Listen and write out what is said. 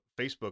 Facebook